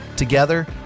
Together